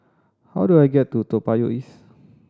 how do I get to Toa Payoh East